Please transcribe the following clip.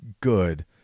good